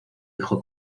hijo